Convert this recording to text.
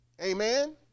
Amen